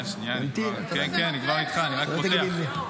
תזכרו, רון כץ תמיד פה.